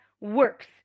works